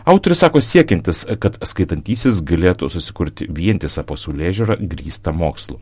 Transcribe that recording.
autorius sako siekiantis kad skaitantysis galėtų susikurti vientisą pasaulėžiūrą grįstą mokslu